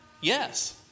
yes